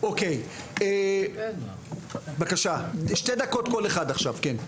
אוקי, בבקשה שתי דקות כל אחד עכשיו, כן.